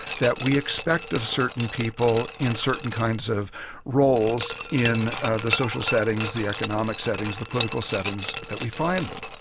that we expect of certain people in certain kinds of roles in the social settings, the economic settings, the political settings that we find them.